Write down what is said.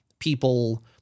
People